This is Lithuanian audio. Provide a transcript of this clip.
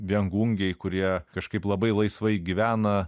viengungiai kurie kažkaip labai laisvai gyvena